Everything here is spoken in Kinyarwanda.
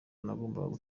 nagombaga